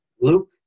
Luke